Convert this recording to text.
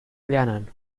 lernen